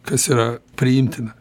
kas yra priimtina